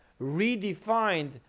redefined